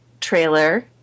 trailer